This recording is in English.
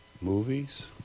movies